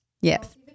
Yes